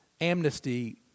amnesty